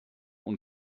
und